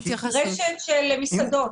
רשת של מסעדות.